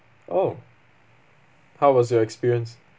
oh how was your experience